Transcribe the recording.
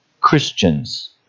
Christians